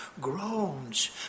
groans